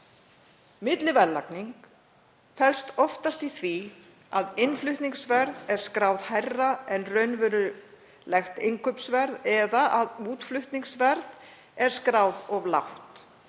Milliverðlagning felst oftast í því að innflutningsverð er skráð hærra en raunverulegt innkaupsverð eða að útflutningsverð er skráð of lágt.